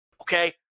okay